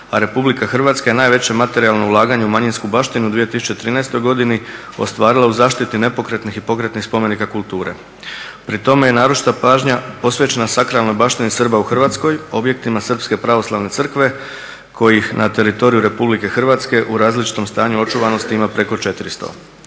a RH je najveće materijalno ulaganje u manjinsku baštinu u 2013. ostvarila u zaštiti nepokretnih i pokretnih spomenika kulture. Pri tome je naročita pažnja posvećena … baštini Srba u Hrvatskoj, objektivne srpske pravoslavne crkve koji na teritoriju RH u različitom stanju očuvanosti ima preko 400.